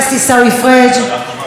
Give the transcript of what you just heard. חברת הכנסת תמר זנדברג,